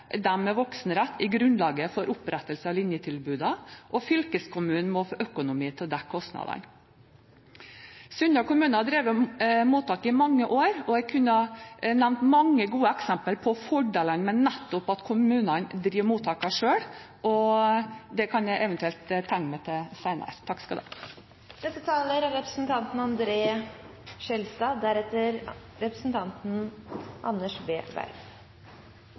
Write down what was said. dem med voksenrett i grunnlaget for opprettelse av linjetilbudene, og fylkeskommunen må få økonomi til å dekke kostnadene. Sunndal kommune har drevet mottak i mange år, og jeg kunne nevnt mange gode eksempler på fordelene med at kommunene driver mottakene selv, men det kan jeg eventuelt tegne meg til senere. Vi vet at kostnadene med mislykket integrering er